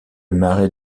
marais